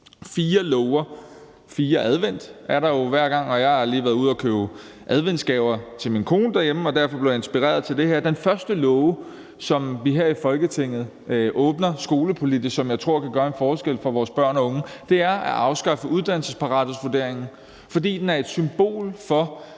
fire søndage i advent, er der jo hver gang, og jeg har lige været ude at købe adventsgaver til min kone derhjemme, og derfor blev jeg inspireret til det her. Den første skolepolitiske låge, som vi åbner her i Folketinget, og som jeg tror kan gøre en forskel for vores børn og unge, er at afskaffe uddannelsesparathedsvurderingen, for den er et symbol på,